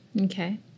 Okay